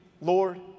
Lord